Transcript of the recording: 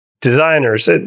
designers